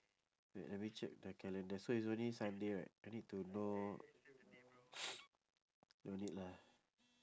wait let me check the calendar so it's only sunday right I need to know don't need lah